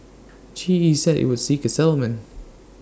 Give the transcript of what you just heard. G E said IT would seek A settlement